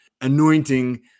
anointing